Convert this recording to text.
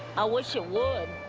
i wish it would.